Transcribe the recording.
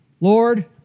Lord